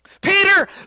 Peter